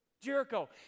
Jericho